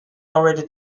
already